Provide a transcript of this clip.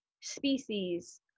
species